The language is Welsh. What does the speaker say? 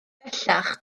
bellach